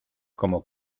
cómo